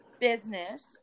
business